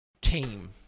team